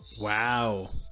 wow